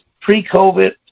pre-COVID